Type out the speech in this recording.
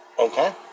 Okay